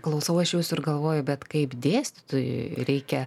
klausau aš jūsų ir galvoju bet kaip dėstytojui reikia